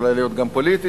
יכולה להיות גם פוליטית,